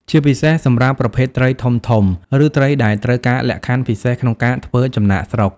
ជាពិសេសសម្រាប់ប្រភេទត្រីធំៗ ឬត្រីដែលត្រូវការលក្ខខណ្ឌពិសេសក្នុងការធ្វើចំណាកស្រុក។